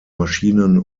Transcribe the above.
maschinen